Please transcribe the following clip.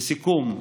לסיכום,